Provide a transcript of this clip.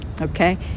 okay